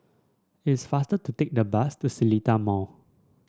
it is faster to take the bus to Seletar Mall